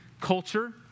culture